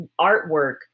Artwork